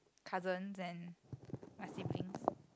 cousins and my siblings